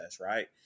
right